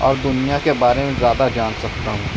اور دنیا کے بارے میں زیادہ جان سکتا ہوں